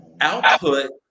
output